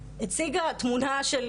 הציגה תמונה של